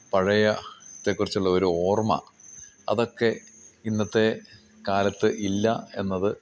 പഴയ ത്തെ കുുറിച്ചുള്ള ഒരോർമ്മ അതൊക്കെ ഇന്നത്തെ കാലത്ത് ഇല്ല എന്നത്